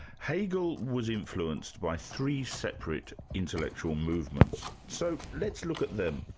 hegel was influenced by three separate intellectual movements. so let's look at them.